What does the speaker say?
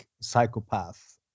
psychopath